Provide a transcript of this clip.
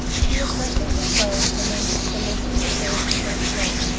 he was racking his brain for means to lessen the force of that blow.